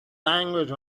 language